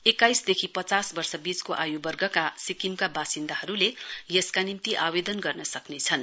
एक्काइस देखि पचास वर्ष वीचको आर्युवर्गका सिक्किमका वासिन्दाहरुले यसका निम्ति आवेदन गर्न सक्नेछन्